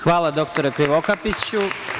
Hvala, doktore Krivokapiću.